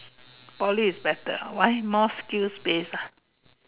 Poly is better why more skill based